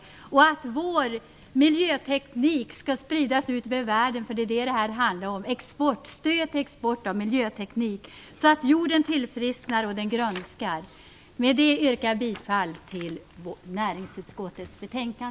Jag önskar också att vår miljöteknik skall spridas ut över världen - det här ärendet handlar nämligen om stöd till export av miljöteknik - så att jorden tillfrisknar och grönskar. Med det yrkar jag bifall till näringsutskottets hemställan.